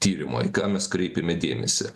tyrimo į ką mes kreipiame dėmesį